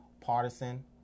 Partisan